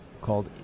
called